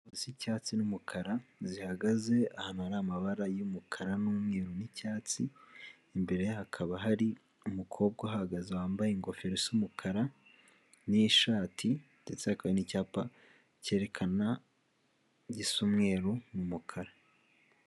Isa icyatsi n'umukara, zihagaze ahantu hari amabara y'umukara, n'umweru, n'icyatsi, imbere ye hakaba hari umukobwa uhahagaze wambaye ingofero isa umukara, n'ishati, ndetse hakaba hari n'icyapa cyerekana, gisa umweru, n'umukara.